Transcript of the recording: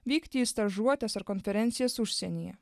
vykti į stažuotes ar konferencijas užsienyje